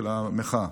של המחאה.